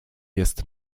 jest